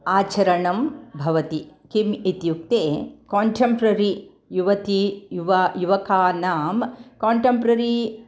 आचरणं भवति किम् इत्युक्ते काण्टम्प्ररि युवती युवानां युवकानां काण्टम्प्ररी